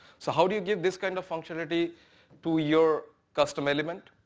so how do you give this kind of functionality to your custom element?